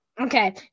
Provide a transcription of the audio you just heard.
Okay